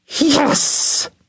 Yes